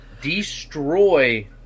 Destroy